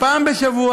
פעם בשבוע